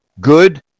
good